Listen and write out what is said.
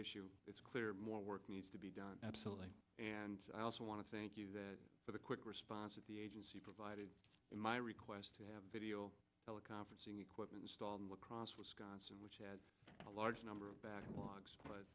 issue it's clear more work needs to be done absolutely and i also want to thank you that for the quick response of the agency provided in my request to have video teleconferencing equipment installed lacrosse wisconsin which had a large number of backlogs